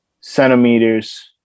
centimeters